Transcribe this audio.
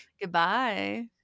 goodbye